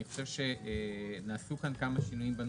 אני חושב שנעשו כאן כמה שינויים בנוסח,